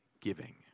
giving